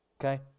Okay